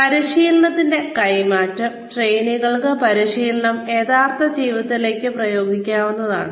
പരിശീലനത്തിന്റെ കൈമാറ്റം ട്രെയിനികൾ പരിശീലനം യഥാർത്ഥ ജീവിതത്തിലേക്ക് പ്രയോഗിക്കുന്നിടത്താണ്